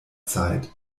zeit